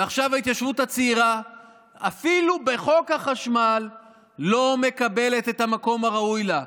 ועכשיו ההתיישבות הצעירה אפילו בחוק החשמל לא מקבלת את המקום הראוי לה.